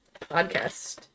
podcast